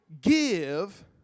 give